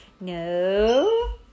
No